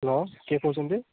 hello କିଏ କହୁଛନ୍ତି